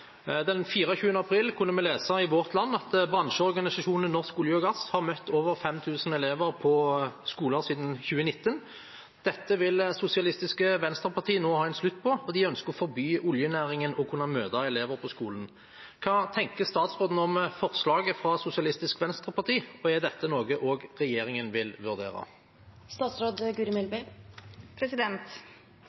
Den 24. april kunne vi lese i Vårt Land at bransjeorganisasjonen Norsk olje og gass har møtt over 5 000 elever siden 2019. Dette vil Sosialistisk Venstreparti nå ha en slutt på, og de ønsker å forby oljenæringen å kunne møte elever på skolen. Hva tenker statsråden om forslaget fra Sosialistisk Venstreparti, og er dette noe også regjeringen vil vurdere?»